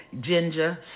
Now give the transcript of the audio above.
ginger